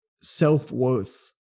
self-worth